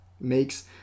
makes